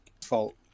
fault